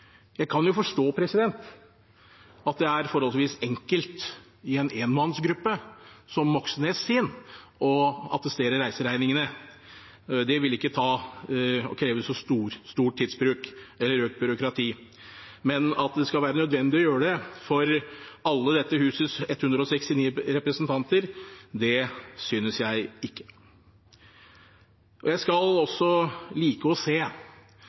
Jeg kan jo forstå at det er forholdsvis enkelt i en enmannsgruppe, som Moxnes’, å attestere reiseregningene – det vil ikke kreve så stor tidsbruk eller økt byråkrati. Men at det skal være nødvendig å gjøre det for alle dette husets 169 representanter, synes jeg ikke. Jeg skal også like å se